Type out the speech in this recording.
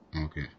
Okay